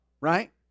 Right